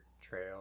Trail